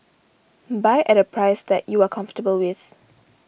buy at a price that you are comfortable with